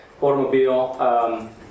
automobile